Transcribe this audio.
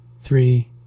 three